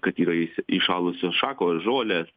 kad yra įsi įšalusios šakos žolės